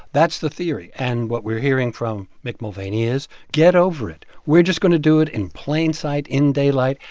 that's the theory. and what we're hearing from mick mulvaney is, get over it. we're just going to do it in plain sight, in daylight,